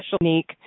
unique